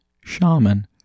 Shaman